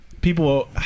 people